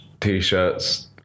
T-shirts